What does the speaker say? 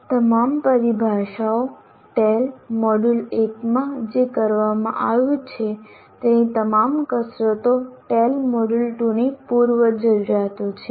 તમામ પરિભાષાઓ ટેલ મોડ્યુલ1 માં જે કરવામાં આવ્યું છે તેની તમામ કસરતો ટેલ મોડ્યુલ2 ની પૂર્વજરૂરીયાતો છે